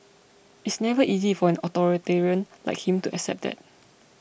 it's never easy for an authoritarian like him to accept that